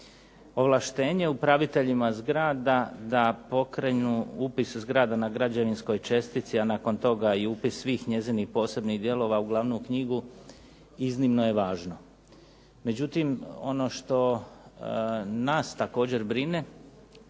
Ovlaštenje upraviteljima zgrada da pokrenu upis zgrada na građevinskoj čestici, a nakon toga i upis svih njezinih posebnih dijelova u glavnu knjigu iznimno je važno. Međutim, ono što nas također brine